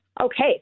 Okay